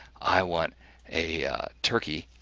i want a turkey,